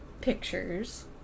pictures